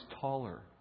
taller